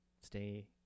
stay